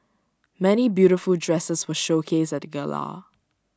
many beautiful dresses were showcased at the gala